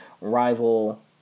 rival